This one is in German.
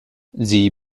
sie